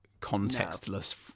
contextless